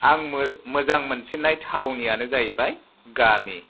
आं मोजां मोनसे नायथावनियानो जाहैबाय गामि